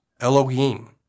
Elohim